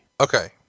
Okay